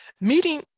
Meeting